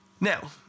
Now